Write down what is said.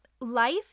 life